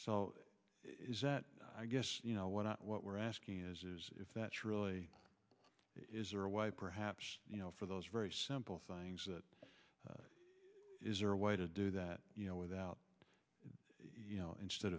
o i guess you know what what we're asking is if that's really is or why perhaps you know for those very simple things that is there a way to do that you know without you know instead